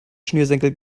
schnürsenkel